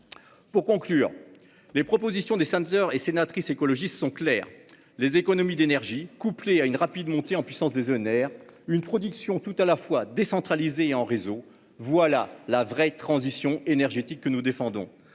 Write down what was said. Pour conclure, les propositions des sénateurs et sénatrices écologistes sont claires. Les économies d'énergie couplées à une rapide montée en puissance des énergies renouvelables, une production tout à la fois décentralisée et en réseau : voilà la vraie transition énergétique que nous défendons